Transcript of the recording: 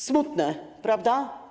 Smutne, prawda?